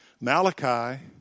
Malachi